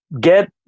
Get